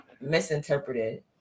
misinterpreted